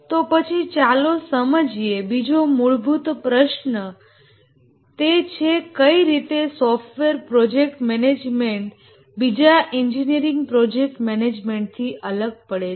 તો પછી ચાલો સમજીએ બીજો મુળભુત પ્રશ્ન તે છે કઈ રીતે સોફ્ટવેર પ્રોજેક્ટ મેનેજમેન્ટ બીજા એન્જિનિયરિંગ પ્રોજેક્ટ મેનેજમેન્ટ થી અલગ પડે છે